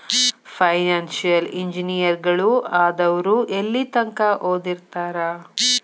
Financial ಇಂಜಿನಿಯರಗಳು ಆದವ್ರು ಯೆಲ್ಲಿತಂಕಾ ಓದಿರ್ತಾರ?